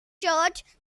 church